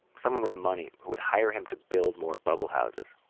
someone with money who would hire him to build more bubble houses.